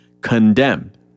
condemned